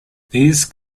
these